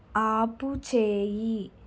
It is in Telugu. ఆపుచేయి